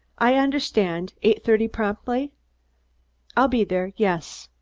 i understand eight-thirty promptly i'll be there yes,